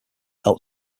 help